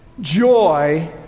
Joy